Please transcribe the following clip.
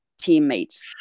teammates